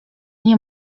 nie